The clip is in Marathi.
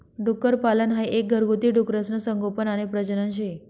डुक्करपालन हाई एक घरगुती डुकरसनं संगोपन आणि प्रजनन शे